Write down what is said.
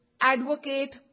advocate